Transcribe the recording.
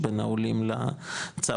בין העולים לצברים,